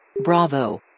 Bravo